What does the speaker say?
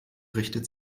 richtet